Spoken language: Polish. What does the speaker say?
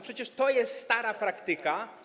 Przecież to jest stara praktyka.